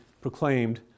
proclaimed